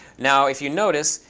now, if you notice,